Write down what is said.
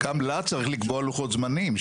גם לה צריך לקבוע לוחות זמנים.